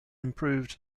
improved